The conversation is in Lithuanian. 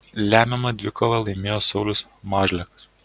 lemiamą dvikovą laimėjo saulius mažlekas